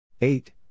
eight